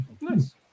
nice